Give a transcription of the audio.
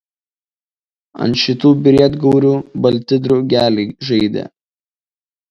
ant šitų briedgaurių balti drugeliai žaidė